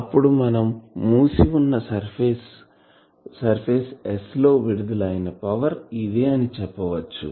అప్పుడు మనం మూసి వున్న సర్ఫేస్ S లో విడుదల అయినా పవర్ ఇదే అని చెప్పచ్చు